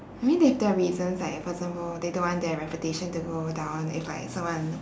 I mean they have their reasons like for example they don't want their reputation to go down if like someone